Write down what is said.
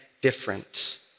different